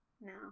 No